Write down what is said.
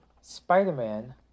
Spider-Man